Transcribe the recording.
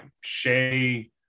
Shea